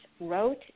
wrote